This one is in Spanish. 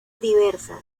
diversas